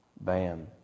Bam